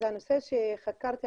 אז הנושא שחקרתי,